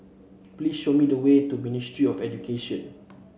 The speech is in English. please show me the way to Ministry of Education